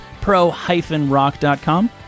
pro-rock.com